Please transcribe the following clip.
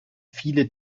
viele